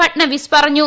ഭട്നാവിസ് പറഞ്ഞു